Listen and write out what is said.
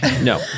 no